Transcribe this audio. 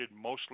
mostly